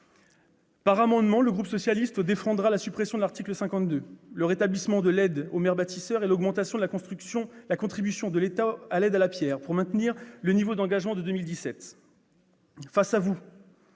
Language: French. Par amendement, le groupe socialiste et républicain défendra la suppression de l'article 52, le rétablissement de l'aide aux maires bâtisseurs et l'augmentation de la contribution de l'État à l'aide à la pierre pour maintenir le niveau d'engagement de 2017. Face à vous,